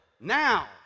now